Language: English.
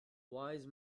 wise